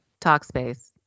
Talkspace